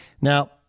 Now